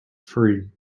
free